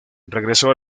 regresó